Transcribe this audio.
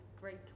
great